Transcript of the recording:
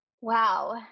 Wow